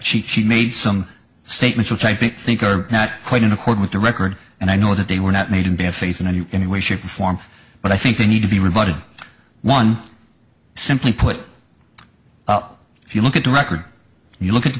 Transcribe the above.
because she made some statements which i think are not quite in accord with the record and i know that they were not made in bad faith and any way shape or form but i think they need to be rebutted one simply put if you look at the record you look at the